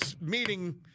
meeting